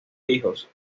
hijos